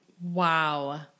Wow